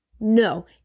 No